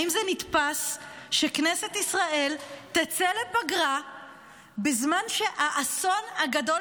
האם זה נתפס שכנסת ישראל תצא לפגרה בזמן שהאסון הגדול